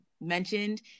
mentioned